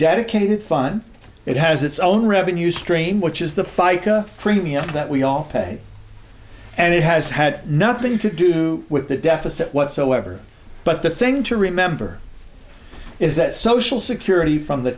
dedicated fun it has its own revenue stream which is the fica premium that we all pay and it has had nothing to do with the deficit whatsoever but the thing to remember is that social security from the